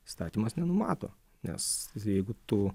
įstatymas nenumato nes jeigu tu